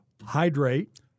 hydrate